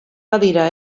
badira